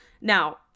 Now